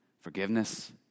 Forgiveness